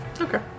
Okay